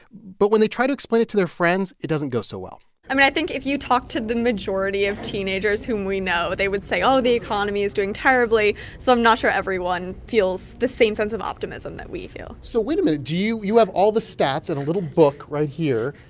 but when they try to explain it to their friends, it doesn't go so well i mean, i think if you talk to the majority of teenagers whom we know, they would say, oh, the economy is doing terribly. so i'm not sure everyone feels the same sense of optimism that we feel so wait a minute. do you you have all the stats in and a little book right here.